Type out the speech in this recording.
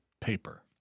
paper